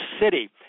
City